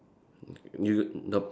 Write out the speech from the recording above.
you the the